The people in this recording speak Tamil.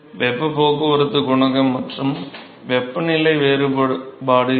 வெப்ப போக்குவரத்து குணகம் மற்றும் வெப்பநிலை வேறுபாடு இருக்கும்